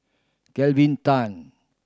Kelvin Tan